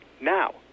Now